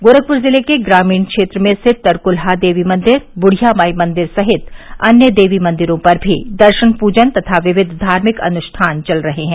गोरखपुर जिले के ग्रामीण क्षेत्र में स्थित तरकुलहा देवी मंदिर बुढ़िया माई मंदिर सहित अन्य देवी मंदिरों पर मी दर्शन पूजन तथा विविध धार्मिक अनुष्ठान चल रहे हैं